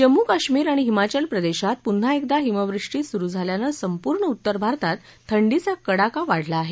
जम्मू काश्मीर आणि हिमाचल प्रदेशात पुन्हा एकदा हिमवृष्टी सुरु झाल्यानं संपूर्ण उत्तर भारतात थंडीचा कडाका वाढला आहे